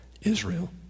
Israel